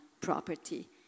property